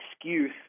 excuse